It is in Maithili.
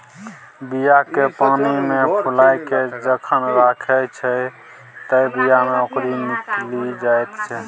बीया केँ पानिमे फुलाए केँ जखन राखै छै तए बीया मे औंकरी निकलि जाइत छै